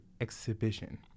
exhibition